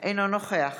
אינו נוכח